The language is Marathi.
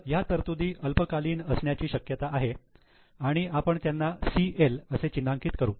तर ह्या तरतुदी अल्पकालीन असण्याची शक्यता आहे आणि आपण त्यांना 'CL' असे चिन्हांकित करू